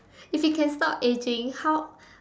if you can stop ageing how